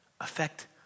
affect